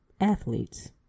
athletes